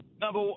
Number